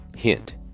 Hint